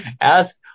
Ask